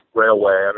railway